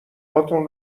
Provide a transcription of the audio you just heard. هاتون